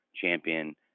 champion